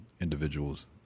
individuals